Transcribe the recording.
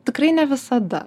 tikrai ne visada